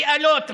באלות?